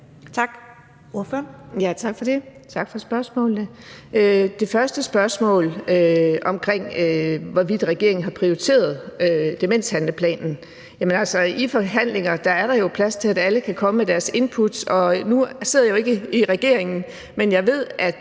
tak for spørgsmålene. Til det første spørgsmål om, hvorvidt regeringen har prioriteret demenshandlingsplanen, vil jeg sige, at i forhandlinger er der jo plads til, at alle kan komme med deres input, og nu sidder jeg ikke i regeringen, men jeg ved, at